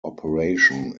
operation